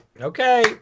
okay